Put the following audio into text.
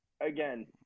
again